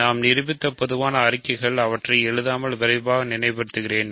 நாம் நிரூபித்த பொதுவான அறிக்கைகள் அவற்றை எழுதாமல் விரைவாக நினைவுபடுத்துகிறேன்